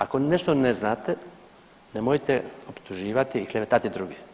Ako nešto ne znate nemojte optuživati i klevetati druge.